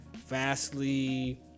vastly